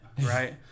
right